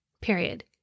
Period